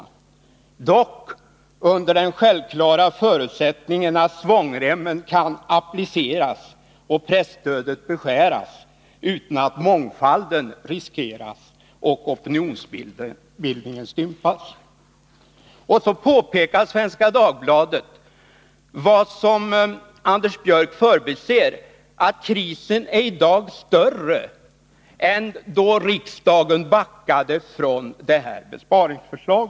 Dock under den självklara förutsättningen att svångremmen kan appliceras och presstödet beskäres utan att mångfalden riskeras och oponionsbildningen stympas.” Sedan påpekar Svenska Dagbladet det som Anders Björck förbiser, nämligen att krisen i dag är värre än då riksdagen backade för detta besparingsförslag.